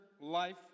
life